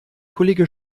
kollege